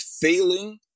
failing